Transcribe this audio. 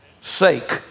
sake